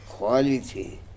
Quality